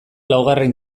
laugarren